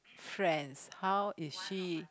friends how is she